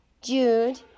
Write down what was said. Jude